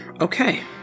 okay